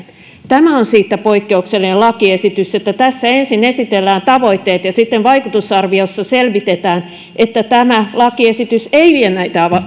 tämä on siitä poikkeuksellinen lakiesitys että tässä ensin esitellään tavoitteet ja sitten vaikutusarviossa selvitetään että tämä lakiesitys ei vie näitä